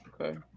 Okay